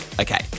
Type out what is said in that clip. Okay